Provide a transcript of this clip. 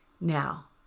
Now